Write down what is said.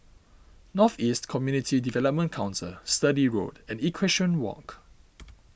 North East Community Development Council Sturdee Road and Equestrian Walk